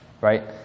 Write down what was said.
Right